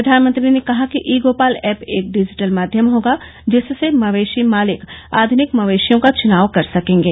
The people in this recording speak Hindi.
प्रधानमंत्री ने कहा कि ई गोपाल ऐप एक डिजिटल माध्यम होगा जिससे मवेशी मालिक आध्निक मवेशियों का चुनाव कर सकेंगे